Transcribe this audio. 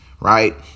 right